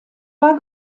war